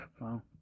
Wow